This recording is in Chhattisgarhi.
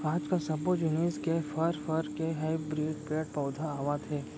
आजकाल सब्बो जिनिस के फर, फर के हाइब्रिड पेड़ पउधा आवत हे